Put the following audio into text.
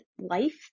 life